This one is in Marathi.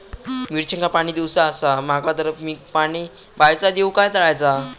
मिरचांका पाणी दिवचा आसा माका तर मी पाणी बायचा दिव काय तळ्याचा?